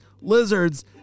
lizards